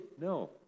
No